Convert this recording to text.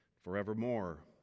forevermore